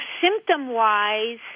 symptom-wise